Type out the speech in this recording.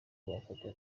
bafata